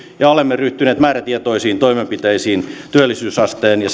ja olemme ryhtyneet määrätietoisiin toimenpiteisiin työllisyysasteen